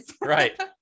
Right